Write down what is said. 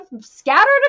scattered